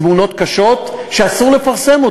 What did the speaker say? תמונות קשות שאסור לפרסם.